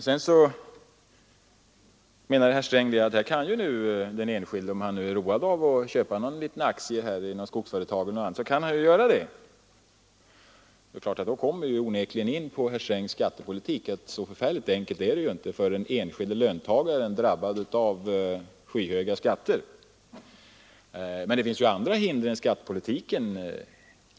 Sedan menar herr Sträng att den enskilde, om han är road av det, ju kan köpa en aktie i t.ex. ett skogsföretag. Men då kommer vi onekligen in på herr Strängs skattepolitik; så förfärligt enkelt är det inte för den enskilde löntagaren, drabbad av skyhöga skatter. Men det finns andra hinder än skattepolitiken.